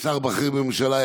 כשר בכיר בממשלה,